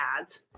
ads